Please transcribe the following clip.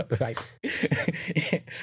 Right